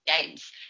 games